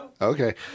Okay